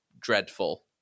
dreadful